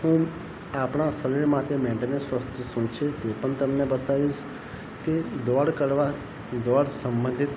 હું આપણાં શરીર માટે મેન્ટેનન્સ વસ્તુ શું છે તે પણ તમને બતાવીશ કે દોડ કરવા દોડ સંંબંધિત